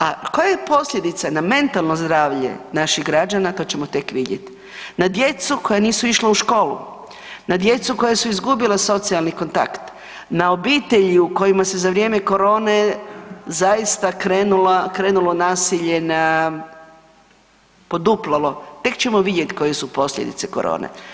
A koje posljedice na mentalno zdravlje naših građana to ćemo tek vidjeti, na djecu koja nisu išla u školu, na djecu koja su izgubila socijalni kontakt, na obitelji u kojima se za vrijeme korone zaista krenulo nasilje na, poduplalo, tek ćemo vidjeti koje su posljedice korone.